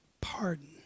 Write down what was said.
pardon